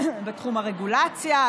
בתחום הרגולציה,